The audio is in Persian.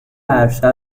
عرشه